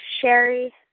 Sherry